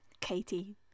Katie